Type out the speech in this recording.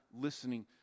listening